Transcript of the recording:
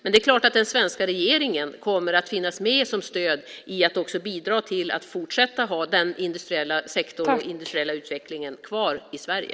Men det är klart att den svenska regeringen kommer att finnas med som stöd och bidra till att fortsätta ha den industriella sektorn och industriella utvecklingen kvar i Sverige.